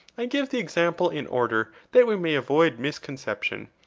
i give the example in order that we may avoid misconception.